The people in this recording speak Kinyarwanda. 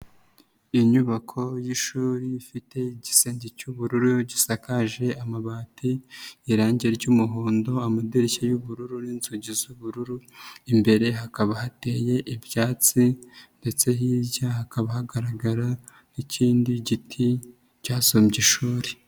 Inyubako y'ishuri ifite igisenge cy'ubururu gisakaje amabati, irange ry'umuhondo, amadirishya y'ubururu n'inzugi z'ubururu, imbere hakaba hateye ibyatsi ndetse hirya hakaba hagaragara ikindi giti cyasumbye ishuri.